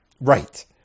right